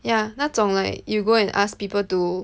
yah 那种 like you go and ask people to